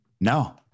No